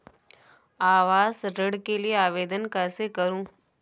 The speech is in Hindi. आवास ऋण के लिए आवेदन कैसे करुँ?